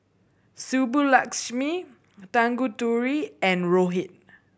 Subbulakshmi Tanguturi and Rohit